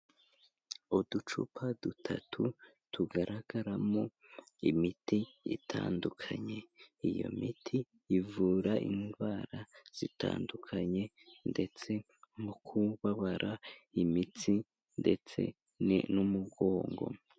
Uducupa dutatu tugaragaramo imiti itandukanye, iyo miti ivura indwara zitandukanye ndetse nko kubabara imitsi ndetse n'umugongo.